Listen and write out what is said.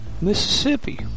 Mississippi